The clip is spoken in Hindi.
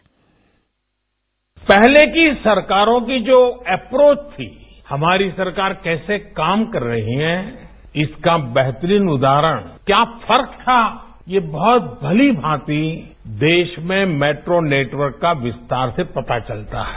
बाइट पहले की सरकारों की जो एप्रोच थी हमारी सरकार कैसे काम कर रही हैं इसका बेहतरीन उदाहरण क्या फर्क था ये बहुत भलीभांति देश में मेट्रो नेटवर्क के विस्तार से पता चलता है